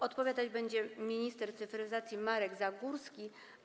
Odpowiadać będzie minister cyfryzacji Marek Zagórski.